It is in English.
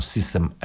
System